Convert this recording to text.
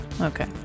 okay